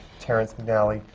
terrence mcnally,